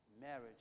marriage